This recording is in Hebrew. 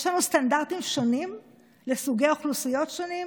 יש לנו סטנדרטים שונים לסוגי אוכלוסיות שונות,